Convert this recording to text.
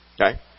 Okay